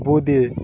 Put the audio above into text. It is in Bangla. বোঁদে